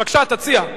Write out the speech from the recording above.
בבקשה, תציע.